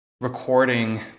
recording